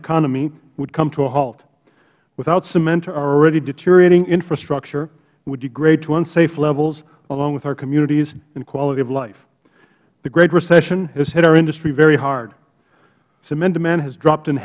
economy would come to a halt without cement our alreadydeteriorating infrastructure would degrade to unsafe levels along with our communities and quality of life the great recession has hit our industry very hard cement demand has dropped in